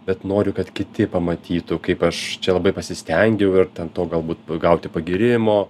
bet nori kad kiti pamatytų kaip aš čia labai pasistengiau ir ten to galbūt gauti pagyrimo